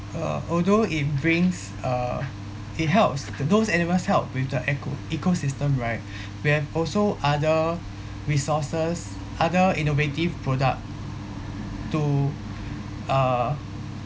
uh although it brings uh it helps th~ those animals help with the eco ecosystem right we have also other resources other innovative product to uh